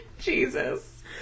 Jesus